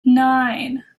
nine